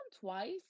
twice